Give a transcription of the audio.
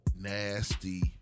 nasty